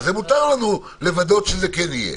אז מותר לנו לוודא שזה כן יהיה.